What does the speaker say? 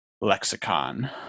lexicon